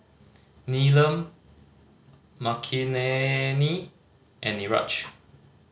Neelam Makineni and Niraj